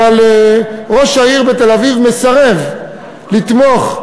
אבל ראש העיר בתל-אביב מסרב לתמוך,